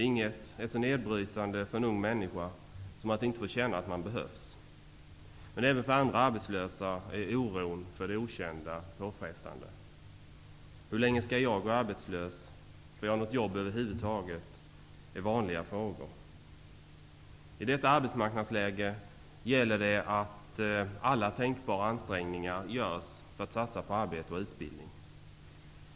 Inget är så nedbrytande för en ung människa som att inte få känna att man behövs. Men även för andra arbetslösa är oron för det okända påfrestande. Vanliga frågor som man ställer sig är: Hur länge skall jag gå arbetslös? Får jag något jobb över huvud taget? I detta arbetsmarknadsläge gäller det att alla tänkbara ansträngningar görs för att satsa på arbete och utbildning.